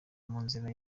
munzira